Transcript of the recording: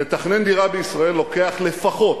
לתכנן דירה בישראל לוקח לפחות,